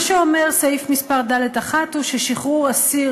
מה שאומר סעיף קטן (ד) הוא ש"שחרור אסיר